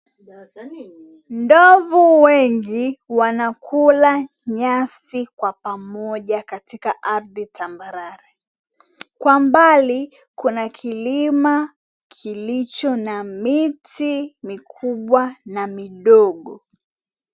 Ndovu wengi, wanakula nyasi kwa pamoja katika ardhi tambarare. Kwa mbali, kuna kilima kilicho na miti mikubwa na midogo.